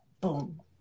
boom